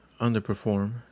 underperform